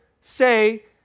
say